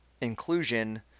inclusion